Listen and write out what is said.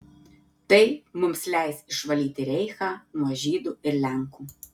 tai mums leis išvalyti reichą nuo žydų ir lenkų